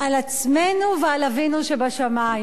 על עצמנו ועל אבינו שבשמים.